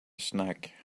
snack